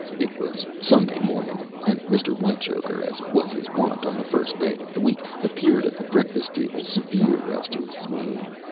it was sunday morning, and mr. whitechoker, as was his wont on the first day of the week, appeared at the breakfast table severe as to his mien.